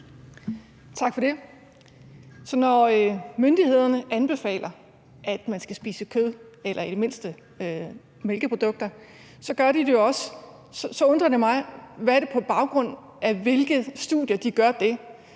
Tak for det. Så når myndighederne anbefaler, at man skal spise kød eller i det mindste mælkeprodukter, så undrer det mig, hvilke studier de gør det